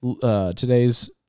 today's